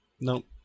Nope